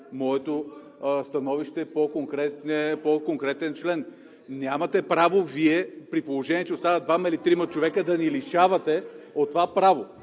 моето становище по конкретен член. Нямате право Вие, при положение че остават двама или трима човека, да ни лишавате от това право!